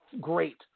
great